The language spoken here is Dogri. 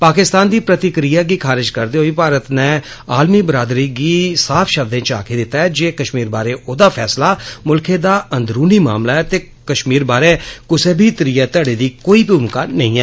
पाकिस्तान दी प्रतिक्रिया गी खारज करदे होई भारत नै आलमी बरादरी गी साफ शब्दे च आक्खी दिता ऐ जे कश्मीर बारै ओदा फैसला मुल्खै दा इक अंदरूनी मामला ऐ ते कश्मीर पर कुसै बी त्रिय धड़े दी कोई भूमिका नेंई ऐ